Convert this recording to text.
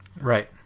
Right